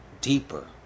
deeper